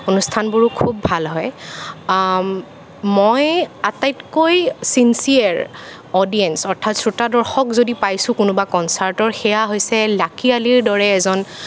অনুষ্ঠানবোৰো খুব ভাল হয় মই আটাইতকৈ ছিনছিয়েৰ অডিয়েঞ্চ অৰ্থাৎ শ্ৰোতাদৰ্শক যদি পাইছোঁ কোনোবা কনচাৰ্তৰ সেয়া হৈছে লাকী আলিৰ দৰে এজন